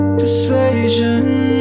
persuasion